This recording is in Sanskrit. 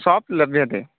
शाप् लभ्यते